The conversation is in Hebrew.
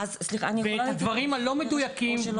ואת הדברים הלא מדויקים,